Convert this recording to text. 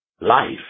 life